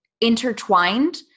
intertwined